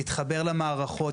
מתחבר למערכות,